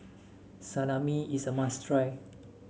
salami is a must try